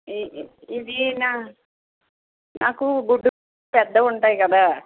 ఈ ఈ ఇదేనా నాకు బొడ్డు పెద్ద ఉంటాయి కదా